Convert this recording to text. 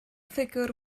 ffigwr